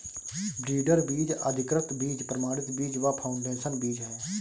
breeder बीज, अधिकृत बीज, प्रमाणित बीज व फाउंडेशन बीज है